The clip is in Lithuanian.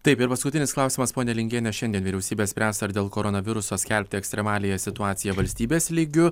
taip ir paskutinis klausimas pone lingiene šiandien vyriausybė spręs ar dėl koronaviruso skelbti ekstremaliąją situaciją valstybės lygiu